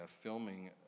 filming